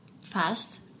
fast